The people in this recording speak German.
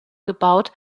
gebaut